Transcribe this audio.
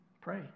pray